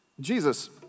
Jesus